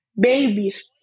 babies